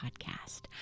podcast